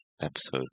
Episode